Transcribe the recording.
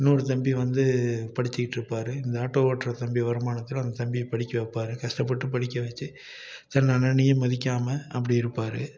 இன்னொரு தம்பி வந்து படிச்சிட்டிருப்பார் இந்த ஆட்டோ ஓட்டுற தம்பி வருமானத்தில் அந்த தம்பியை படிக்க வைப்பாரு கஷ்டப்பட்டு படிக்க வெச்சு ச தன் அண்ணனையே மதிக்காமல் அப்படி இருப்பார்